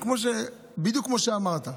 בדיוק כמו שאמרת.